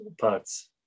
parts